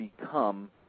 become